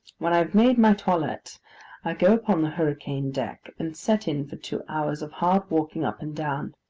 when i have made my toilet, i go upon the hurricane-deck, and set in for two hours of hard walking up and down.